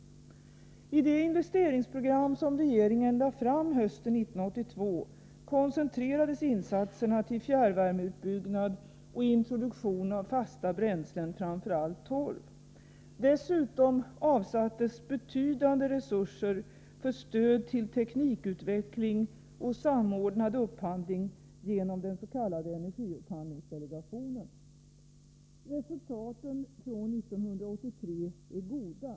I det investeringsprogram som regeringen lade fram hösten 1982 koncentrerades insatserna till fjärrvärmeutbyggnad och introduktion av fasta bränslen, framför allt torv. Dessutom avsattes betydande resurser för stöd till teknikutveckling och samordnad upphandling genom den s.k. energiupphandlingsdelegationen. Resultaten från 1983 är goda.